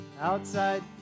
outside